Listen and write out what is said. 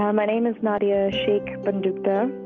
um my name is nadia sheikh bandukda.